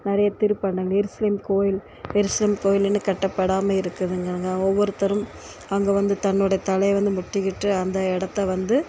நெறைய திருப்பண்ண Jerusalem Jerusalem கோவில் இன்னும் கட்டப்படாமல் இருக்குதுங்கிறதுக்காக ஒவ்வொருத்தரும் அங்கே வந்து தன்னோட தலையை வந்து முட்டிகிட்டு அந்த இடத்த வந்து